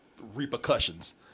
repercussions